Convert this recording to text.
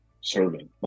serving